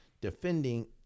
defending